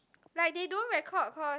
like they don't record cause